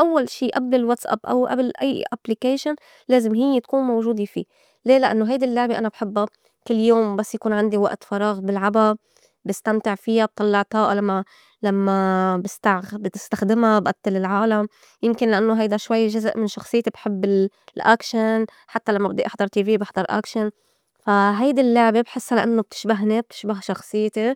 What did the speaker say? أوّل شي أبل الواتس أب أبل أيّا أبليكايشين لازم هيّ تكون موجودة في لي؟ لأنّو هيدي اللّعبة أنا بحبّا كل يوم بس يكون عندي وقت فراغ بلعبا، بستمتع فيا، بطلّع طاقة لمّا- لمّا بستع- بستخدما بأتّل العالم يمكن لإنّو هيدا شوي جزء من شخصيتي بحب الأكشن حتّى لمّا بدّي أحضر tv بحضر أكشن. فا هيدي اللّعبة بحسّا لأنوا بتشبهني بتشبه شخصيتي.